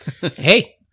hey